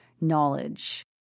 knowledge